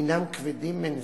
הינם כבדים מנשוא,